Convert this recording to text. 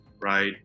right